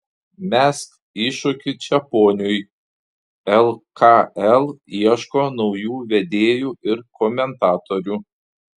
mesk iššūkį čeponiui lkl ieško naujų vedėjų ir komentatorių